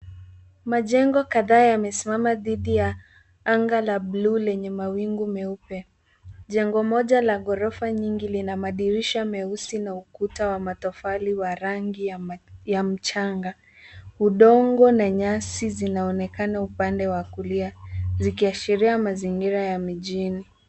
Majengo kadhaa yamesimama dhidi ya anga la buluu lenye mawingu meupe. Jengo moja la ghorofa nyingi lina madirisha meusi na ukuta wa matofali wa rangi ya mchanga. Udongo na nyasi zinaonekana upande wa kulia, zikiashiria mazingira ya mijini.